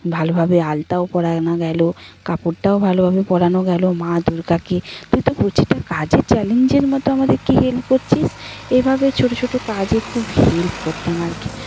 ভালভাবে আলতাও পরানো গেল কাপড়টাও ভালোভাবে পরানো গেল মা দুর্গাকে তুই তো প্রতিটা কাজে চ্যালেঞ্জের মতো আমাদেরকে হেল্প করছিস এভাবে ছোটো ছোটো কাজে খুব হেল্প করতাম আর কি